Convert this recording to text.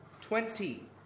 twenty